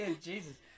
Jesus